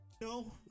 No